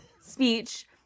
speech